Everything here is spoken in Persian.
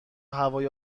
هوای